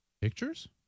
pictures